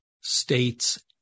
states